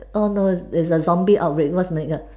oh no it's a zombie outbreak what's my god